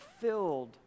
filled